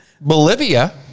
bolivia